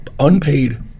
Unpaid